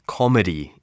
comedy